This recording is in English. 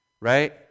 right